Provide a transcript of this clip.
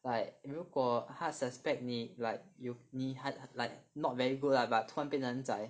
like 如果他 suspect 你 like you 你很 like not very good lah but 突然变得很 zai